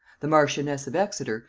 the marchioness of exeter,